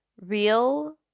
Real